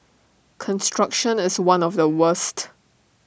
construction is one of the worst